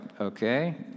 okay